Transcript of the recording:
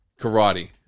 Karate